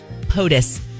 POTUS